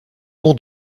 mon